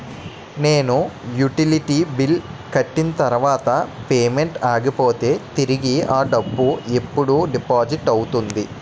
నేను utility bill కట్టిన తర్వాత పేమెంట్ ఆగిపోతే తిరిగి అ డబ్బు ఎప్పుడు డిపాజిట్ అవుతుంది?